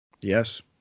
Yes